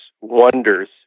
wonders